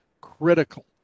critical